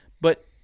but-